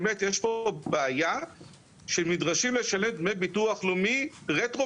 באמת יש פה בעיה שהם נדרשים לשלם דמי ביטוח לאומי רטרו